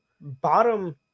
bottom